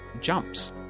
jumps